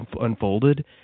unfolded